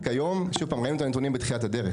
כיום, שוב פעם, ראינו את הנתונים בתחילת הדרך.